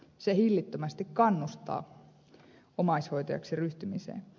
se hillittömästi kannustaa omaishoitajaksi ryhtymiseen